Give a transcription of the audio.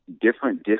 different